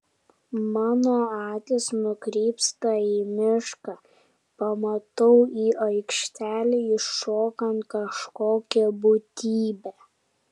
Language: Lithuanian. mano akys nukrypsta į mišką pamatau į aikštelę įšokant kažkokią būtybę